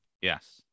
Yes